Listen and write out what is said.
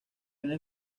viene